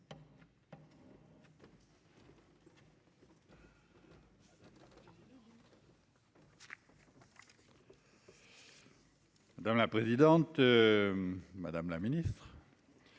Dans la présidente. Madame la Ministre.